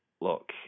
look